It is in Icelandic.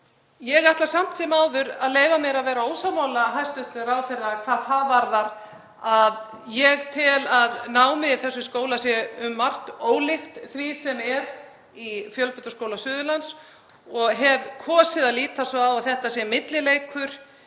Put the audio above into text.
Ég ætla samt sem áður að leyfa mér að vera ósammála hæstv. ráðherra hvað það varðar að ég tel að námið í þessum skóla sé um margt ólíkt því sem er í Fjölbrautaskóla Suðurlands og hef kosið að líta svo á að það sé millileikur